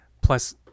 Plus